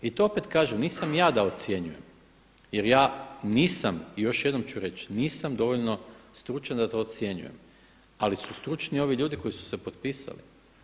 I to opet kažem, nisam ja da ocjenjujem jer ja nisam, još jednom ću reći, nisam dovoljno stručan da to ocjenjujem, ali su stručni ovi ljudi koji su se potpisali.